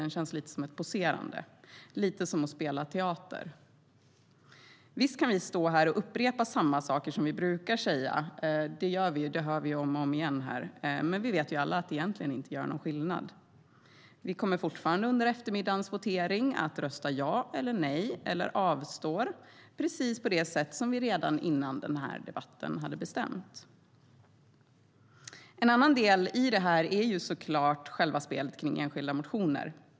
Det känns lite som ett poserande, lite som att spela teater. En annan del i detta är såklart spelet kring enskilda motioner.